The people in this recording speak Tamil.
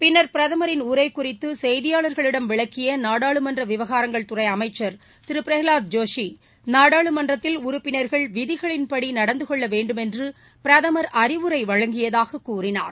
பின்னர் பிரதமரின் உரை குறித்து செய்தியாளர்களிடம் விளக்கிய நாடாளுமன்ற விவகாரங்கள்துறை அமைச்சர் திரு பிரகவாத் ஜோஷி நாடாளுமன்றத்தில் உறுப்பினர்கள் விதிகளின்படி நடந்தகொள்ள வேண்டும் என்று பிரதமர் அறிவுரை வழங்கியதாக கூறினார்